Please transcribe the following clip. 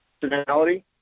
personality